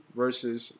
versus